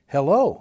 Hello